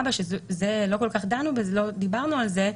כל כך דיברנו על זה,